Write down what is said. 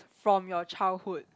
from your childhood